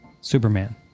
Superman